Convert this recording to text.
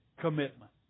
commitment